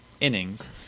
innings